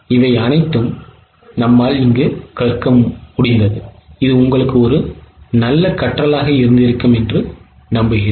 இது உங்களுக்கு ஒரு நல்ல கற்றலாக இருந்திருக்கும் என்று நம்புகிறேன்